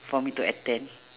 for me to attend